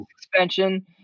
suspension